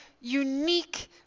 unique